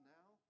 now